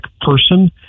person